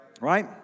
right